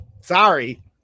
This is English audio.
Sorry